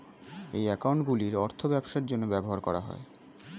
এই অ্যাকাউন্টগুলির অর্থ ব্যবসার জন্য ব্যবহার করা হয়